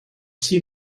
see